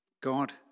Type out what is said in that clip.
God